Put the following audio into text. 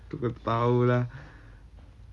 tu aku tak tahu lah